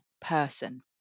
person